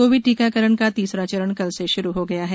Covid टीकाकरण का तीसरा चरण कल से शुरू हो गया है